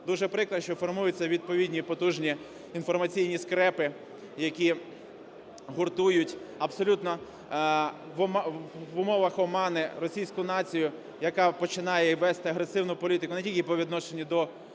Дуже прикро, що формуються відповідні потужні інформаційні скрепи, які гуртують абсолютно в умовах омани російську націю, яка починає вести агресивну політику не тільки по відношенню до України.